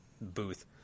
booth